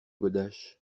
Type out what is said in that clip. godache